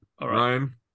Ryan